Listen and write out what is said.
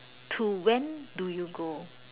to when do you go